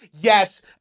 Yes